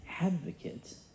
advocate